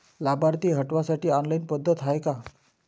लाभार्थी हटवासाठी ऑनलाईन पद्धत हाय का?